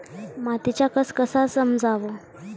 मातीचा कस कसा समजाव?